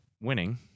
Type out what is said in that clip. winning